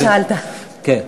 מהתשובה המפורטת שכחתי.